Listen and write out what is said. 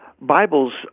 Bibles